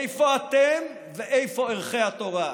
איפה אתם ואיפה ערכי התורה?